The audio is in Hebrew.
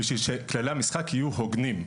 בשביל שכללי המשחק יהיו הוגנים.